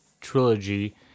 trilogy